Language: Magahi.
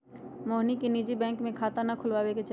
मोहिनी के निजी बैंक में खाता ना खुलवावे के चाहि